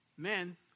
Men